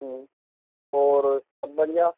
ہوں اور سب بڑھیا